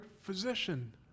physician